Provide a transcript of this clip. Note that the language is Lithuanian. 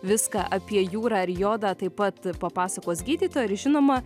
viską apie jūrą ir jodą taip pat papasakos gydytojai ir žinoma